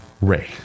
Ray